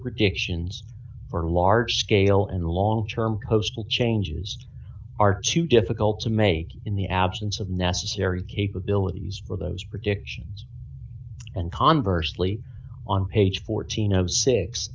predictions for large scale and long term coastal changes are too difficult to make in the absence of the necessary capabilities for those predictions and conversely on page fourteen of six